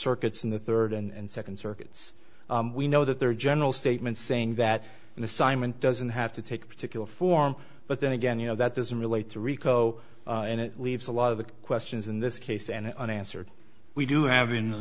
circuits in the third and second circuits we know that there are general statements saying that an assignment doesn't have to take particular form but then again you know that doesn't relate to rico and it leaves a lot of the questions in this case and unanswered we do have in the